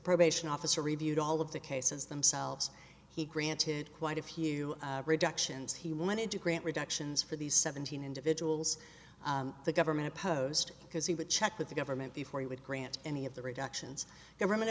probation officer reviewed all of the cases themselves he granted quite a few rejections he wanted to grant reductions for these seventeen individuals the government opposed because he would check with the government before he would grant any of the reductions government